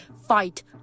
fight